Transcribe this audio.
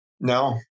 No